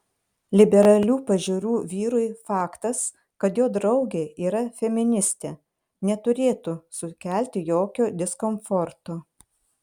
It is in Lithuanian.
liberalių pažiūrų vyrui faktas kad jo draugė yra feministė neturėtų sukelti jokio diskomforto